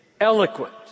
eloquent